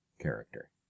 character